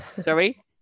Sorry